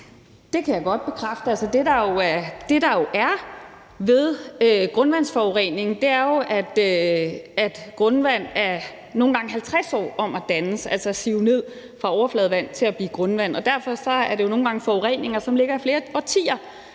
Det kan jeg godt bekræfte. Det, der er ved grundvandsforurening, er jo, at grundvand nogle gange er 50 år om at dannes, altså om at sive ned som overfladevand og blive til grundvand, og derfor er der jo nogle gange tale om forureninger, som ligger flere årtier